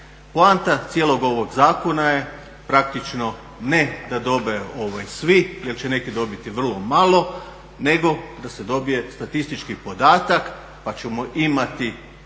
Poanta cijelog ovog zakona je praktično ne da dobe svi, jer će neki dobiti vrlo malo nego da se dobije statistički podatak, pa ćemo imati